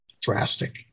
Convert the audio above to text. drastic